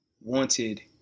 wanted